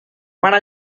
para